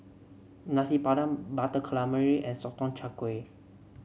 Nasi Padang Butter Calamari and Sotong Char Kway